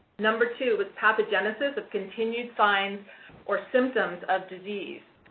number two was pathogenesis of continued signs or symptoms of disease.